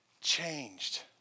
changed